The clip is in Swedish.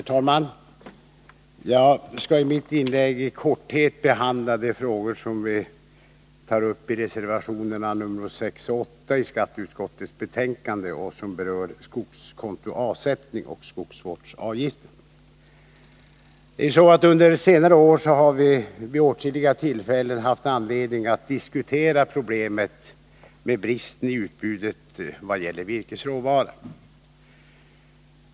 Herr talman! Jag skall i mitt inlägg i korthet behandla de frågor som vi socialdemokrater tar upp i reservationerna 6 och 8, som är fogade till skatteutskottets betänkande och som berör ändrade procentsatser för insättning på skogskonto resp. skogsvårdsavgiften. Under senare år har vi vid åtskilliga tillfällen haft anledning att diskutera problemet med bristen i utbudet av virkesråvara.